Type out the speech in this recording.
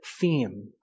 theme